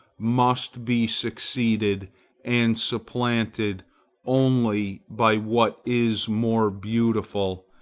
must be succeeded and supplanted only by what is more beautiful,